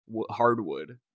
hardwood